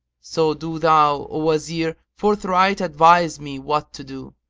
so do thou, o wazir, forthright advise me what to do.